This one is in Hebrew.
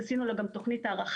יש לנו דיון ביום חמישי,